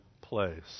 place